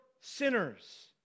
sinners